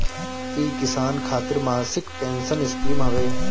इ किसान खातिर मासिक पेंसन स्कीम हवे